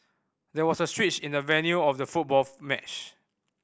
there was a switch in the venue of the football match